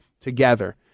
together